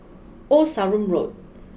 Old Sarum Road